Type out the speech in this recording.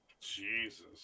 Jesus